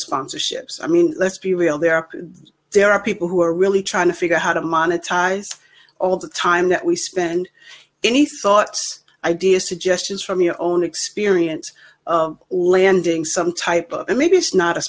sponsorships i mean let's be real there there are people who are really trying to figure out how to monetize all the time that we spend any thoughts ideas suggestions from your own experience all landing some type of maybe it's not a